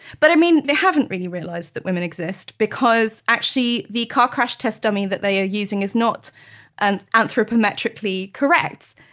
but, i mean, they haven't really realized that women exist because, actually, the car crash test dummy that they are using is not an anthropometrically correct.